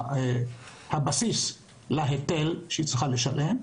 לגבי הבסיס להיטל שהיא צריכה לשלם.